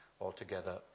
altogether